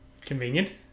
Convenient